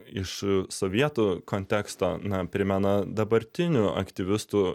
iš sovietų konteksto na primena dabartinių aktyvistų